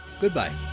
Goodbye